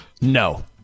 No